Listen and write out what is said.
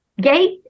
gate